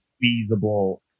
feasible